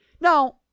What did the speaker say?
Now